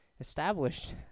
established